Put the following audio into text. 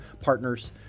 partners